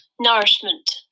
nourishment